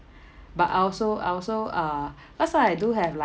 but I also I also uh last time I do have